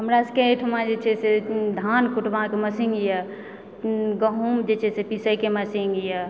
हमरा सबकेँ एहिठमा जे छै से धान कूटबाक मशीन यऽ गहुँम जे छै से पीसैके मशीन यऽ